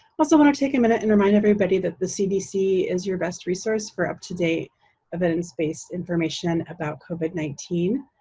also want to take a minute and remind everybody that the cdc is your best resource for up-to-date evidence-based information about covid nineteen.